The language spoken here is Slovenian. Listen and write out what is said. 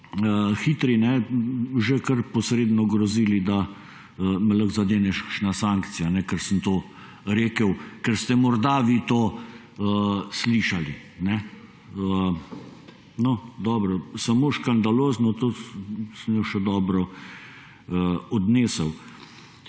hitri, ste že kar posredno grozili, da me lahko zadene kakšna sankcija, ker sem to rekel, ker ste morda vi to slišali. No, dobro, samo škandalozno, to sem jo še dobro odnesel.